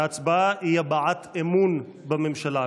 ההצבעה היא הבעת אמון בממשלה.